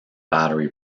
battery